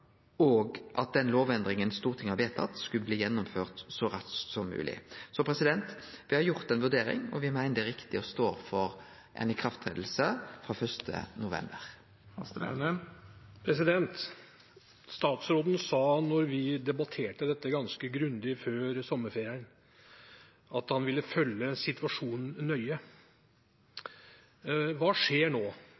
og at den lovendringa Stortinget har vedteke, skulle bli gjennomført så raskt som mogleg. Me har gjort ei vurdering, og me meiner det er riktig å stå for ei ikraftsetjing frå 1. november. Statsråden sa da vi debatterte dette ganske grundig før sommerferien, at han ville følge situasjonen nøye.